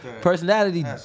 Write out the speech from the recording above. personality